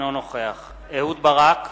אינו נוכח אהוד ברק,